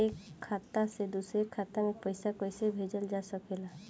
एक खाता से दूसरे खाता मे पइसा कईसे भेजल जा सकेला?